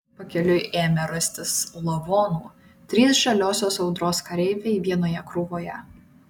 pakeliui ėmė rastis lavonų trys žaliosios audros kareiviai vienoje krūvoje